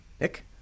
Nick